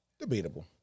Debatable